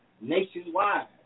nationwide